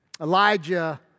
Elijah